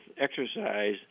exercise